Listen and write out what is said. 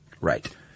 Right